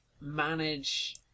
manage